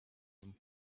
them